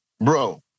bro